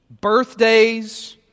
birthdays